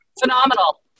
phenomenal